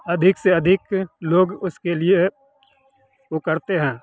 अधिक से अधिक लोग उसके लिए वह करते हैं